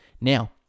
Now